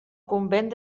convent